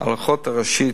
על האחות הראשית,